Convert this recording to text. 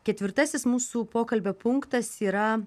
ketvirtasis mūsų pokalbio punktas yra